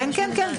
כן, כן.